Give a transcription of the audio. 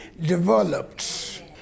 developed